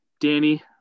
Danny